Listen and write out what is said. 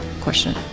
question